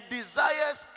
desires